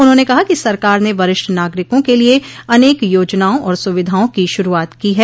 उन्होंने कहा कि सरकार ने वरिष्ठ नागरिकों के लिए अनेक योजनाओं और सुविधाओं की शुरुआत की है